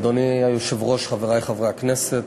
אדוני היושב-ראש, חברי חברי הכנסת,